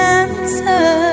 answer